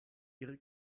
ihre